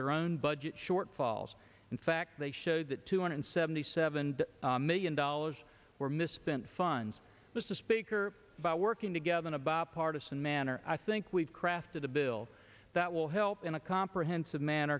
their own budget shortfalls in fact they showed that two hundred seventy seven million dollars were misspent funds mr speaker by working together in a bipartisan manner i think we've crafted bill that will help in a comprehensive man